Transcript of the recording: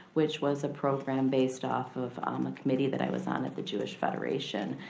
which was a program based off of um a committee that i was on at the jewish federation.